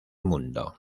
mundo